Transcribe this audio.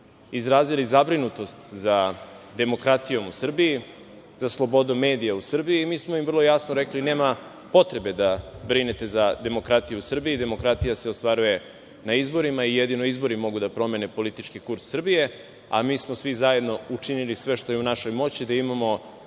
izrazili zabrinutost za demokratijom u Srbiji, za slobodom medija u Srbiji i mi smo im vrlo jasno rekli – nema potrebe da brinete za demokratiju u Srbiji, demokratija se ostvaruje na izborima i jedino izbori mogu da promene politički kurs Srbije, a mi smo svi zajedno učinili sve što je u našoj moći da imamo